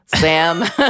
Sam